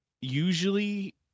usually